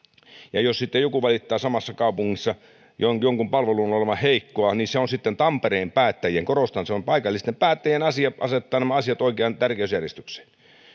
niin jos sitten joku valittaa samassa kaupungissa jonkun jonkun palvelun olevan heikkoa niin se on sitten tampereen päättäjien asia korostan se on paikallisten päättäjien asia asettaa nämä asiat oikeaan tärkeysjärjestykseen